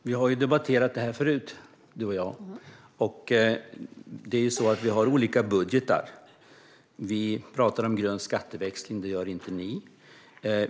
Fru talman! Du och jag har debatterat det här förut, Stina Bergström. Vi har olika budgetar. Vi pratar om grön skatteväxling, och det gör inte ni.